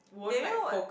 they know what